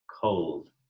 cold